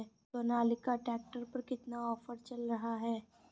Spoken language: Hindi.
सोनालिका ट्रैक्टर पर कितना ऑफर चल रहा है?